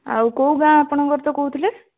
ଆଉ କୋଉ ଗାଁ ଆପଣଙ୍କର ତ କହୁଥିଲେ